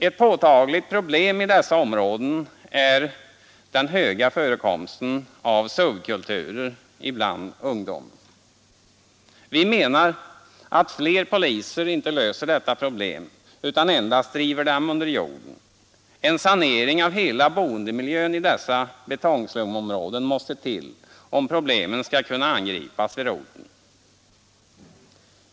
Ett påtagligt problem i dessa områden är den höga förekomsten av subkulturer bland ungdomen. Vi menar att fler poliser inte löser dessa problem utan endast driver dem under jorden. En sanering av hela boendemiljön i dessa betongslumområden måste till, om problemen skall kunna angripas vid roten.